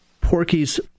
Porky's